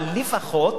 אבל לפחות